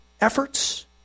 efforts